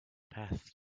path